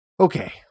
Okay